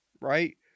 Right